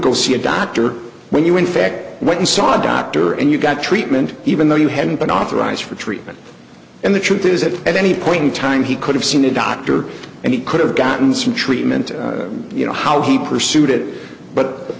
go see a doctor when you infect what you saw doctor and you got treatment even though you hadn't been authorized for treatment and the truth is that at any point in time he could have seen a doctor and he could have gotten some treatment you know how he pursued it but